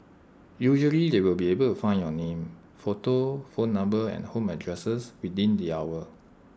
usually they will be able to find your name photo phone number and home addresses within the hour